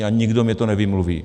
A nikdo mně to nevymluví.